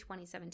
2017